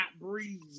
breathe